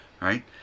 right